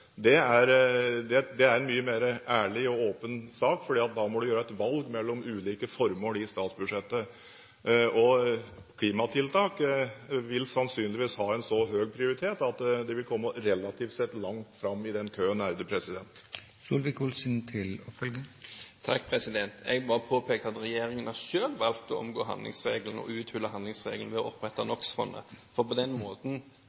Det er en mye mer ærlig og åpen sak, for da må man gjøre et valg mellom ulike formål i statsbudsjettet. Klimatiltak vil sannsynligvis ha en så høy prioritet at de vil komme relativt sett langt fram i den køen. Jeg vil bare påpeke at regjeringen selv har valgt å omgå og å uthule handlingsregelen ved å opprette NOx-fondet for på den måten